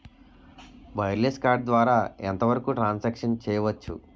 Wireless card ద్వారా ఎంత వరకు ట్రాన్ సాంక్షన్ చేయవచ్చు?